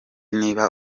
niba